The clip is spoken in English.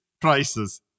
prices